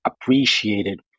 appreciated